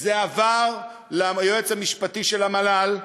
זה עבר ליועץ המשפטי של המל"ל,